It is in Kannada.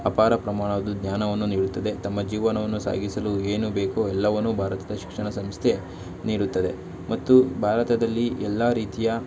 ಅಪಾರ ಪ್ರಮಾಣದ ಜ್ಞಾನವನ್ನು ನೀಡುತ್ತದೆ ತಮ್ಮ ಜೀವನವನ್ನು ಸಾಗಿಸಲು ಏನು ಬೇಕು ಎಲ್ಲವನ್ನು ಭಾರತದ ಶಿಕ್ಷಣ ಸಂಸ್ಥೆ ನೀಡುತ್ತದೆ ಮತ್ತು ಭಾರತದಲ್ಲಿ ಎಲ್ಲ ರೀತಿಯ